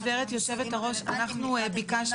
גברת יושבת הראש, אנחנו ביקשנו.